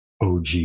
og